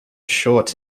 short